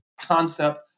concept